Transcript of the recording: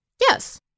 Yes